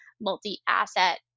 multi-asset